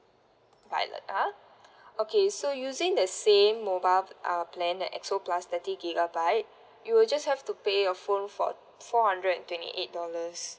violet ah okay so using the same mobile uh plan the X_O plus thirty gigabyte you will just have to pay your phone for four hundred and twenty eight dollars